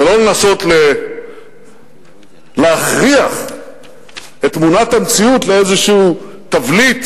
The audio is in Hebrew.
ולא לנסות להכריח את תמונת המציאות, לאיזה תבליט.